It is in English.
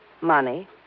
Money